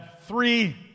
three